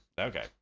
Okay